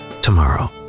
tomorrow